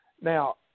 Now